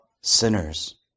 sinners